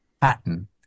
pattern